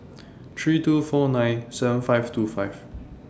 three two four nine seven five two five